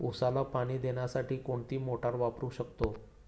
उसाला पाणी देण्यासाठी कोणती मोटार वापरू शकतो?